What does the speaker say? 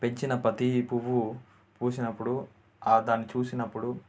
పెంచిన ప్రతి పువ్వు పూసినప్పుడు ఆ దాన్ని చూసినప్పుడు